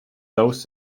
those